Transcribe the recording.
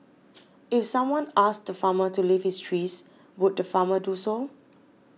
if someone asked the farmer to leave his trees would the farmer do so